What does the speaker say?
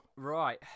Right